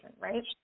right